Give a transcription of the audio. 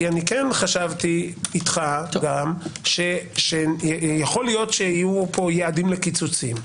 חשבתי איתך שיכול להיות שיהיו פה יעדים לקיצוצים.